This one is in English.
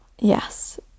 Yes